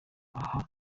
aho